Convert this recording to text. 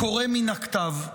קורא מן הכתב.